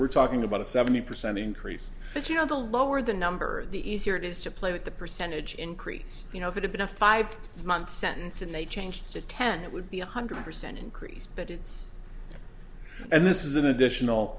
we're talking about a seventy percent increase but you know the lower the number the easier it is to play with the percentage increase you know if it had been a five month sentence and they changed to ten it would be a hundred percent increase but it's and this is an additional